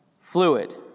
fluid